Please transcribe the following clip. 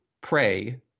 pray